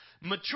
mature